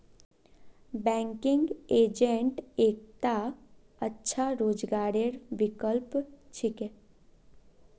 banking agent एकता अच्छा रोजगारेर विकल्प छिके